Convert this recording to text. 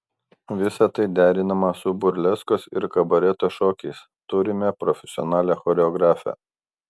visa tai derinama su burleskos ir kabareto šokiais turime profesionalią choreografę